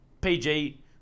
PG